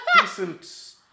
decent